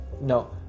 no